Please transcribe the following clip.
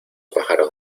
pájaros